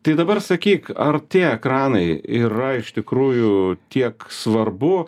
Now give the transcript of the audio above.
tai dabar sakyk ar tie ekranai yra iš tikrųjų tiek svarbu